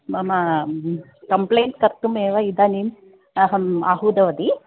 मम कम्प्लेण्ट् कर्तुमेव इदानीम् अहम् आहूतवती